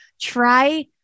try